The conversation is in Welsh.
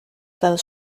fel